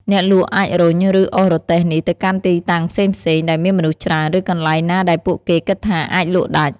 អ្នកលក់អាចរុញ ឬអូសរទេះនេះទៅកាន់ទីតាំងផ្សេងៗ ដែលមានមនុស្សច្រើន ឬកន្លែងណាដែលពួកគេគិតថាអាចលក់ដាច់។